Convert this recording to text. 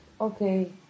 okay